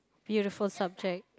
beautiful subject